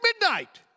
midnight